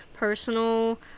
Personal